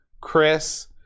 Chris